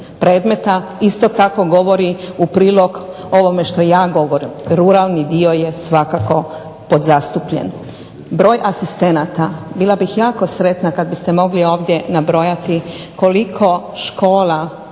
predmeta isto tako govori u prilog ovome što ja govorim, ruralni dio je svakako podzastupljen. Broj asistenata, bila bih jako sretna kad biste mogli ovdje nabrojati koliko škola